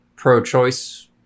pro-choice